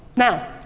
now,